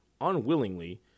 unwillingly